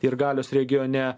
ir galios regione